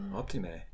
optime